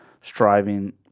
striving